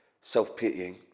self-pitying